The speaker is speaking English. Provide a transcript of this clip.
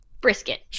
Brisket